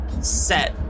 set